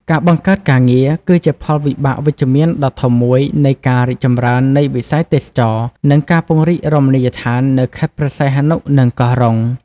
ការបង្កើតការងារ គឺជាផលវិបាកវិជ្ជមានដ៏ធំមួយនៃការរីកចម្រើននៃវិស័យទេសចរណ៍ និងការពង្រីករមណីយដ្ឋាននៅខេត្តព្រះសីហនុ និងកោះរ៉ុង។